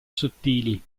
sottili